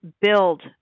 build